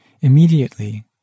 immediately